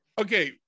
okay